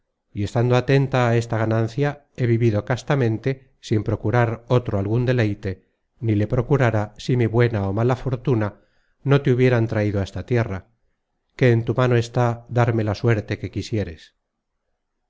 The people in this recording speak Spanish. y estando atenta á esta ganancia he vivido castamente sin procurar otro algun deleite ni le procurara si mi buena ó mala fortuna no te hubieran traido á esta tierra que en tu mano está darme la suerte que quisieres